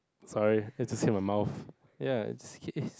sorry it's just in my mouth ya it's